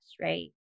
right